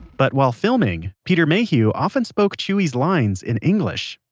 but while filming, peter mayhew often spoke chewie's lines in english.